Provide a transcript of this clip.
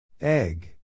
Egg